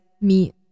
meet